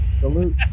Salute